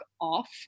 off